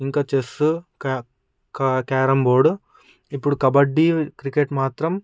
ఇంకా చెస్ క్యా carrom board ఇప్పుడు కబడ్డీ టికెట్ మాత్రం